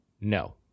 No